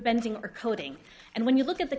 bending or coding and when you look at the